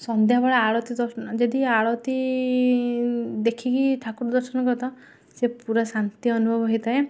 ସନ୍ଧ୍ୟା ବେଳ ଆଳତୀ ଦର୍ଶନ ଯଦି ଆଳତୀ ଦେଖିକି ଠାକୁର ଦର୍ଶନ କର ତ ସେ ପୁରା ଶାନ୍ତି ଅନୁଭବ ହେଇଥାଏ